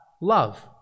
love